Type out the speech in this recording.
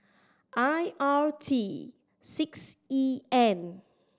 I R T six E N